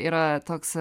yra toks